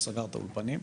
הוא סגר את האולפנים,